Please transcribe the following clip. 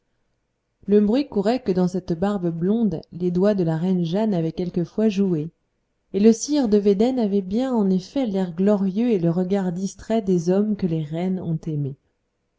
le bruit courait que dans cette barbe blonde les doigts de la reine jeanne avaient quelquefois joué et le sire de védène avait bien en effet l'air glorieux et le regard distrait des hommes que les reines ont aimés